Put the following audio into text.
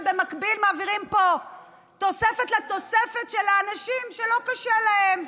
ובמקביל מעבירים פה תוספת לתוספת של האנשים שלא קשה להם,